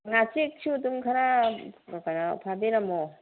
ꯉꯥꯆꯤꯛꯁꯨ ꯑꯗꯨꯝ ꯈꯔ ꯐꯥꯕꯤꯔꯝꯃꯣ